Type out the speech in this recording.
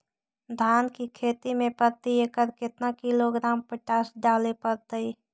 धान की खेती में प्रति एकड़ केतना किलोग्राम पोटास डाले पड़तई?